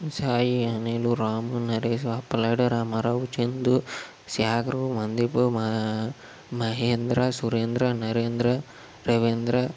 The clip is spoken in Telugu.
సాయి అనిలు రాము నరేష్ అప్పల్నాయుడు రామారావు చందు శేఖరు వందీపు మా మహేంద్ర సురేంద్ర నరేంద్ర రవీంద్ర